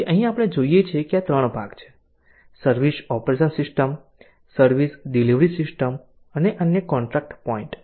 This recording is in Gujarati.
તેથી અહીં આપણે જોઈએ છીએ કે 3 ભાગ છે service operation system service delivery system અને અન્ય કોન્ટ્રાક્ટ પોઇન્ટ